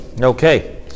Okay